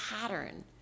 pattern